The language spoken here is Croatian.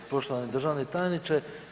Poštovani državni tajniče.